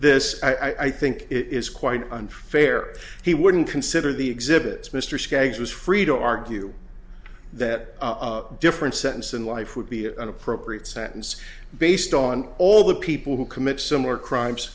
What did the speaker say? this i think it is quite unfair he wouldn't consider the exhibits mr skaggs was free to argue that different sentence in life would be an appropriate sentence based on all the people who commit similar crimes